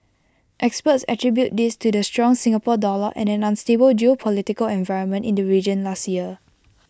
experts attribute this to the strong Singapore dollar and an unstable geopolitical environment in the region last year